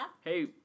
Hey